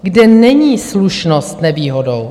Kde není slušnost nevýhodou.